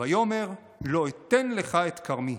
ויאמר לא אתן לך את כרמי".